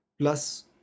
Plus